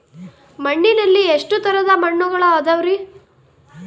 ಮಣ್ಣಿನಲ್ಲಿ ಎಷ್ಟು ತರದ ಮಣ್ಣುಗಳ ಅದವರಿ?